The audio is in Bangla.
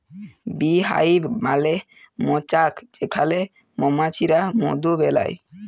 বী হাইভ মালে মচাক যেখালে মমাছিরা মধু বেলায়